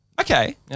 Okay